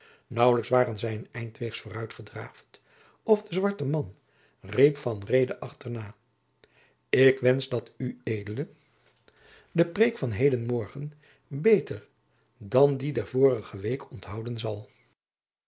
naauwlijks waren zij een eind weegs vooruit gedraafd of de zwarte man riep van reede achterna ik wensch dat ued de preek van heden morgen beter dan die der vorige week onthouden zal